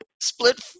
split